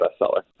bestseller